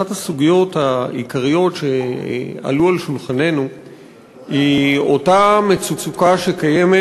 אחת הסוגיות העיקריות שעלו על שולחננו היא אותה מצוקה שקיימת